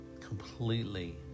completely